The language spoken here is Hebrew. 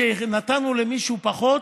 כאשר נתנו למישהו פחות,